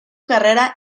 carrera